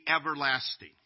everlasting